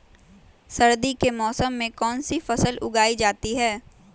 सर्दी के मौसम में कौन सी फसल उगाई जाती है?